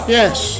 Yes